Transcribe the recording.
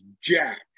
jacked